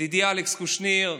ידידי אלכס קושניר,